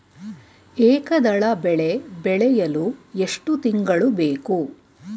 ಏಕದಳ ಬೆಳೆ ಬೆಳೆಯಲು ಎಷ್ಟು ತಿಂಗಳು ಬೇಕು?